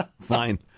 Fine